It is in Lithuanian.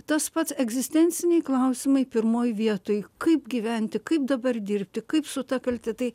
tas pats egzistenciniai klausimai pirmoj vietoj kaip gyventi kaip dabar dirbti kaip su ta kalte tai